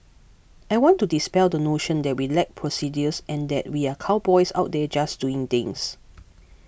I want to dispel the notion that we lack procedures and that we are cowboys out there just doing things